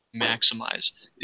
maximize